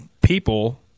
people